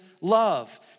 love